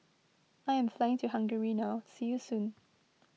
I am flying to Hungary now see you soon